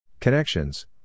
Connections